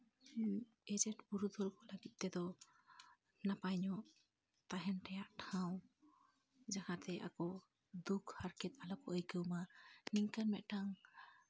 agent ᱯᱩᱨᱩᱫᱷᱩᱞ ᱠᱚ ᱞᱟᱹᱜᱤᱫ ᱛᱮᱫᱚ ᱱᱟᱯᱟᱭ ᱧᱚᱜ ᱛᱟᱦᱮᱱ ᱨᱮᱭᱟᱜ ᱴᱷᱟᱶ ᱡᱟᱦᱟᱸᱛᱮ ᱟᱠᱚ ᱫᱩᱠ ᱦᱟᱨᱠᱮᱛ ᱟᱞᱚ ᱠᱚ ᱟᱹᱭᱠᱟᱹᱣᱢᱟ ᱱᱤᱝᱠᱟᱹᱱ ᱢᱤᱫᱴᱟᱱ